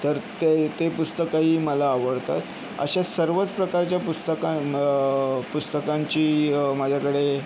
तर ते पुस्तकंही मला आवडतात अशा सर्वच प्रकारच्या पुस्तकां पुस्तकांची माझ्याकडे